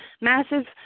massive